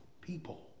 people